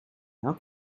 how